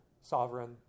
sovereign